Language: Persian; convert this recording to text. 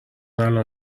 الان